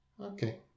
okay